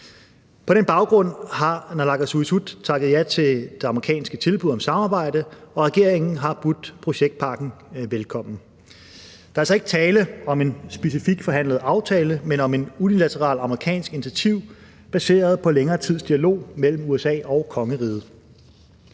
På den baggrund har naalakkersuisut takket ja til det amerikanske tilbud om samarbejde, og regeringen har budt projektpakken velkommen. Der er altså ikke tale om en specifikt forhandlet aftale, men om et unilateralt amerikansk initiativ baseret på længere tids dialog mellem USA og kongeriget.